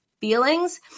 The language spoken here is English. feelings